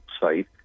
site